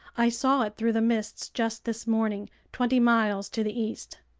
i saw it through the mists just this morning, twenty miles to the east.